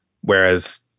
Whereas